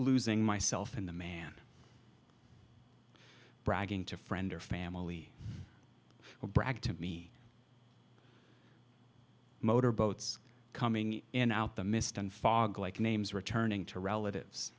losing myself in the man bragging to friends or family or brag to me motorboats coming in out the mist and fog like names returning to relatives